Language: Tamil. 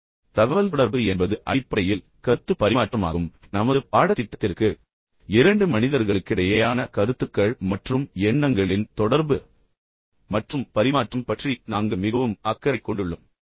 எனவே தகவல்தொடர்பு என்பது அடிப்படையில் கருத்துப் பரிமாற்றமாகும் ஆனால் நாம் தகவல்தொடர்பு பற்றி பேசும்போது நமது பாடத்திட்டத்திற்கு இரண்டு மனிதர்களுக்கிடையேயான கருத்துக்கள் மற்றும் எண்ணங்களின் தொடர்பு மற்றும் பரிமாற்றம் என்று மனித தொடர்பு பற்றி நாங்கள் மிகவும் அக்கறை கொண்டுள்ளோம்